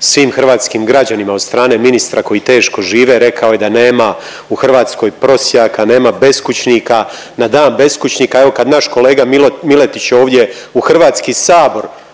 svim hrvatskim građanima od strane ministra koji teško žive. Rekao je da nema u Hrvatskoj prosjaka, nema beskućnika na Dan beskućnika evo kad naš kolega Miletić ovdje u Hrvatski sabor